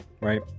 right